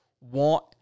want